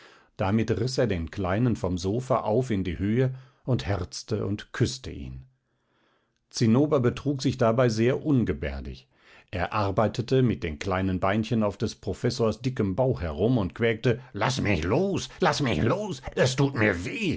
damit riß er den kleinen vom sofa auf in die höhe und herzte und küßte ihn zinnober betrug sich dabei sehr ungebärdig er arbeitete mit den kleinen beinchen auf des professors dickem bauch herum und quäkte laß mich los laß mich los es tut mir weh